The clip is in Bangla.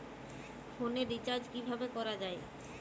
ফোনের রিচার্জ কিভাবে করা যায়?